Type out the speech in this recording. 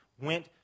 went